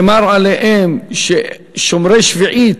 נאמר עליהם "שומרי שביעית".